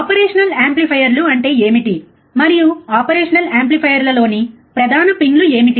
operational యాంప్లిఫైయర్లు అంటే ఏమిటి మరియు ఆపరేషనల్ యాంప్లిఫైయర్లోని ప్రధాన పిన్లు ఏమిటి